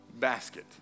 basket